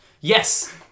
Yes